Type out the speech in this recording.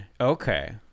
Okay